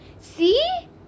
See